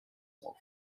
auf